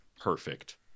Perfect